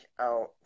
out